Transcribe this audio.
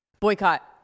boycott